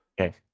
Okay